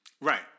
right